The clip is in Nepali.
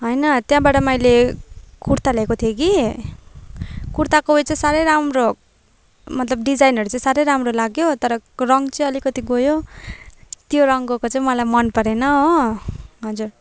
होइन त्यहाँबाट मैले कुर्ता ल्याएको थिएँ कि कुर्ताको उयो चाहिँ साह्रै राम्रो मतलब डिजाइनहरू चाहिँ साह्रै राम्रो लाग्यो तर रङ चाहिँ अलिकति गयो त्यो रङ गएको चाहिँ मलाई मन परेन हो हजुर